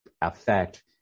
affect